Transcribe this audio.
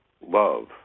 love